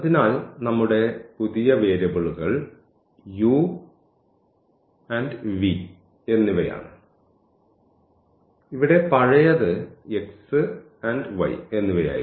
അതിനാൽ നമ്മുടെ പുതിയ വേരിയബിളുകൾ u v എന്നിവയാണ് ഇവിടെ പഴയത് x y എന്നിവയായിരുന്നു